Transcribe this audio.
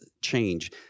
change